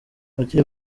abakiri